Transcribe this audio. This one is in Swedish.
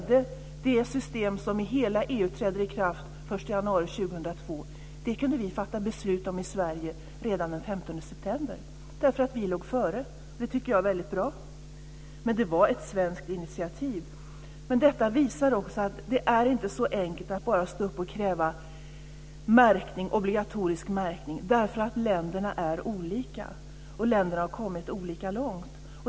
Det system som i hela EU träder i kraft den 1 januari 2002 kunde vi fatta beslut om i Sverige redan den 15 september därför att vi låg före. Det tycker jag är väldigt bra. Det var ett svenskt initiativ. Detta visar också att det inte är så enkelt att bara stå upp och kräva obligatorisk märkning eftersom länderna är olika, och länderna har kommit olika långt.